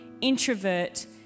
introvert